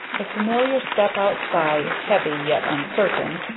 a familiar step outside, heavy, yet uncertain,